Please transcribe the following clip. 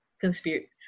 conspiracy